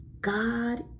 God